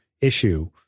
issue